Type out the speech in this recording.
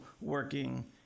working